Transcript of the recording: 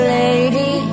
lady